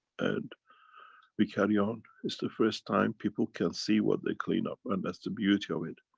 and we carry on. it's the first time people can see what they clean up and that's the beauty of it.